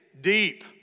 deep